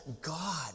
God